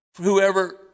Whoever